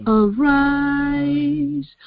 arise